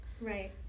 right